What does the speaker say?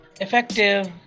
effective